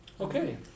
Okay